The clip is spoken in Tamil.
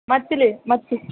மத்திலி மத்தி